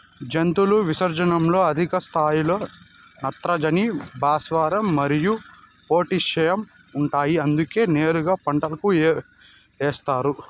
జంతువుల విసర్జనలలో అధిక స్థాయిలో నత్రజని, భాస్వరం మరియు పొటాషియం ఉంటాయి అందుకే నేరుగా పంటలకు ఏస్తారు